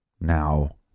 Now